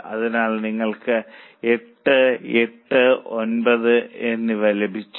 അതിനാൽ നിങ്ങൾക്ക് 8 8 9 എന്നിവ ലഭിച്ചു